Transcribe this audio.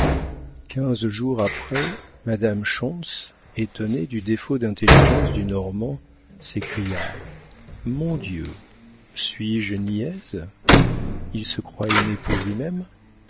quinze jours après madame schontz étonnée du défaut d'intelligence du normand s'écria mon dieu suis-je niaise il se croit aimé pour lui-même